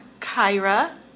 Kyra